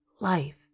life